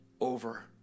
over